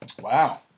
Wow